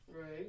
Right